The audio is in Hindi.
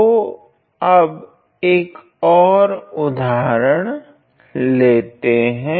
तो अब एक ओर उदहारण लेते हैं